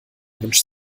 wünscht